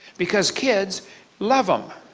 because kids love them.